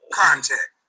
contact